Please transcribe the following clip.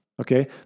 Okay